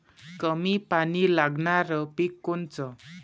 कमी पानी लागनारं पिक कोनचं?